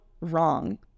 wrong